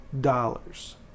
dollars